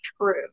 true